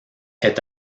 est